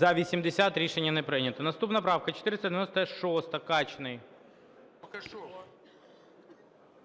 За-80 Рішення не прийнято. Наступна правка 496, Качний. 10:53:19 КАЧНИЙ О.С.